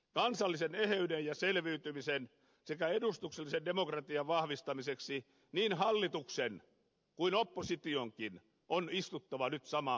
kansallisen eheyden ja selviytymisen sekä edustuksellisen demokratian vahvistamiseksi niin hallituksen kuin oppositionkin on istuttava nyt samaan pöytään